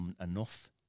enough